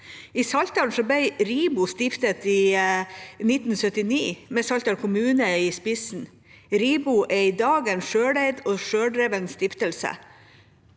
I Saltdal ble RIBO stiftet i 1979, med Saltdal kommune i spissen. RIBO er i dag en selveid og selvdreven stiftelse.